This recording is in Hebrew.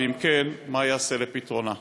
2. אם כן, מה ייעשה לפתרונה?